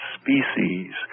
species